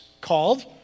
called